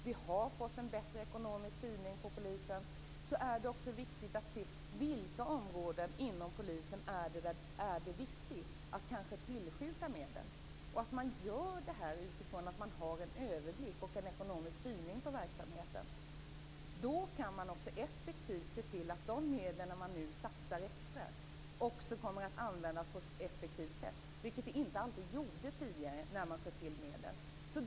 Vi har fått en bättre ekonomisk styrning inom polisen. Då är det också viktigt att se var inom polisen det är viktigt att tillskjuta medel. Det är viktigt att man har en överblick och en ekonomisk styrning på verksamheten när man gör detta. Då kan man också se till att de medel man nu satsar extra kommer att användas på ett effektivt sätt. Det skedde inte alltid tidigare när man sköt till medel.